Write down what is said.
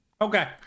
Okay